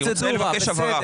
אני רוצה לבקש הבהרה.